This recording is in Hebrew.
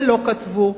ולא כתבו.